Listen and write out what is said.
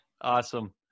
Awesome